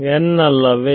n ಅಲ್ಲವೇ